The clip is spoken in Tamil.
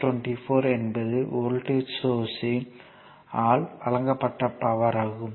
24 என்பது வோல்ட்டேஜ் சோர்ஸ்யின் ஆல் வழங்கப்பட்ட பவர் ஆகும்